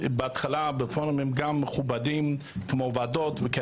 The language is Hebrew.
בהתחלה בפורומים מכובדים כמו ועדות.